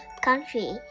country